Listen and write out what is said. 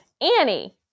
Annie